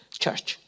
church